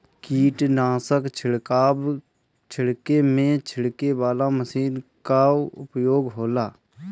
कीटनाशक छिड़के में छिड़के वाला मशीन कअ उपयोग होला